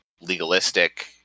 legalistic